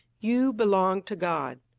you belong to god.